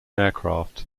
aircraft